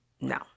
no